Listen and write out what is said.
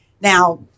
Now